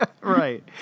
Right